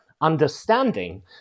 understanding